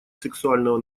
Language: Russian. сексуального